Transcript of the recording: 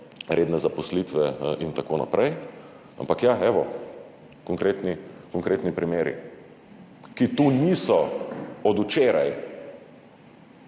redne zaposlitve in tako naprej. Ampak ja, konkretni primeri, ki niso tu od včeraj,